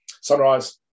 Sunrise